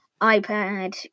iPad